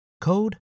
code